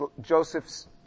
Joseph's